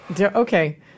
Okay